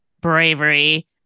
bravery